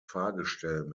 fahrgestell